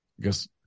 guess